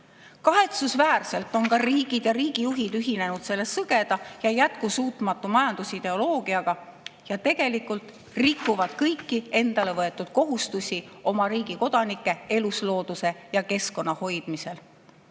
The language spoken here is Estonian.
Kahetsusväärselt on ka riigid ja riigijuhid ühinenud selle sõgeda ja jätkusuutmatu majandusideoloogiaga ja tegelikult rikuvad nad kõiki endale võetud kohustusi oma riigi kodanike, eluslooduse ja keskkonna hoidmisel.